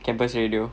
campus radio